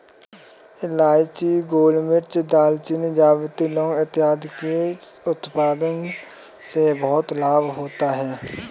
इलायची, गोलमिर्च, दालचीनी, जावित्री, लौंग इत्यादि के उत्पादन से बहुत लाभ होता है